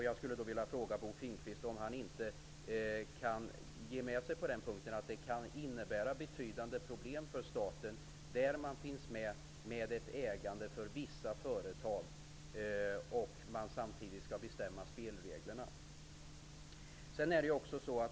Jag skulle vilja fråga Bo Finnkvist om han inte kan gå med på att det kan innebära betydande problem för staten att vara med genom ett ägande av vissa företag samtidigt som man skall bestämma spelreglerna.